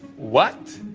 what!